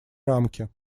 рамки